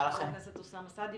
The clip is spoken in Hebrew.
חבר הכנסת אוסאמה סעדי.